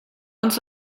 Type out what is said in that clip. uns